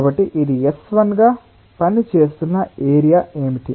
కాబట్టి ఇది S1 గా పనిచేస్తున్న ఏరియా ఏమిటి